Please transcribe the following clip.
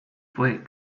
fue